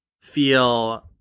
feel